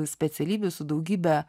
specialybių su daugybe